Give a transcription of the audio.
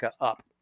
up